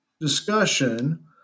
discussion